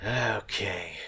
Okay